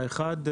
האחד,